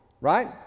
right